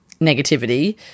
negativity